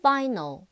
Final